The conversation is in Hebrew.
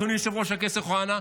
אדוני יושב-ראש הכנסת אוחנה,